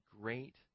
great